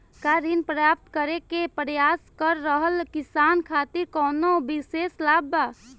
का ऋण प्राप्त करे के प्रयास कर रहल किसान खातिर कउनो विशेष लाभ बा?